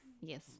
Yes